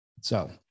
So-